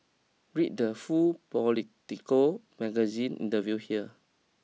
read the full Politico Magazine interview here